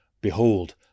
Behold